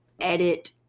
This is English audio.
edit